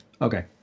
Okay